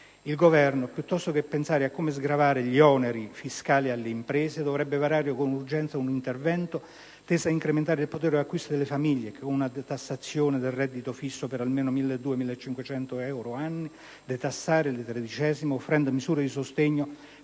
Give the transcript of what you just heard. Il Governo, piuttosto che pensare a come sgravare gli oneri fiscali alle imprese, dovrebbe varare con urgenza un intervento teso ad incrementare il potere d'acquisto delle famiglie, con una detassazione del reddito fisso per almeno 1.200-1.500 euro annui, detassare le tredicesime offrendo misure di sostegno